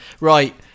Right